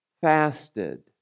fasted